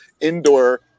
indoor